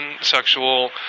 sexual –